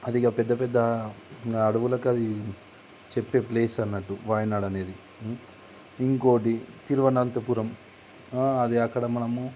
అది ఇంకా పెద్ద పెద్ద అడవులకు అది చెప్పే ప్లేస్ అన్నట్టు వాయనాడ్ అనేది ఇంకొకటి తిరువనంతపురం అది అక్కడ మనము